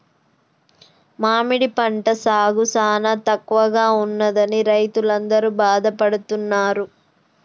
మామిడి పంట సాగు సానా తక్కువగా ఉన్నదని రైతులందరూ బాధపడుతున్నారు